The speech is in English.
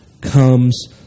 comes